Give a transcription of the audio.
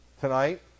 tonight